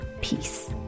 peace